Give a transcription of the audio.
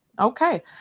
okay